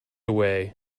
away